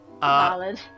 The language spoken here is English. Valid